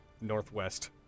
northwest